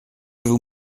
vous